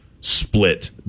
split